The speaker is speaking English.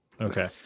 okay